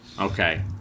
okay